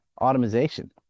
automation